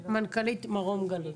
מנכ"לית מרום גליל.